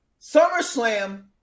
SummerSlam